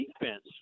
defense